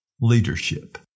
Leadership